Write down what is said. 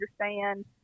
understand